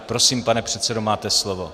Prosím, pane předsedo, máte slovo.